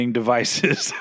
devices